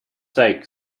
sake